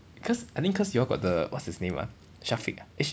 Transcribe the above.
cause I think cause you all got the what's his name ah shafiq ah eh